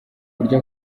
buryo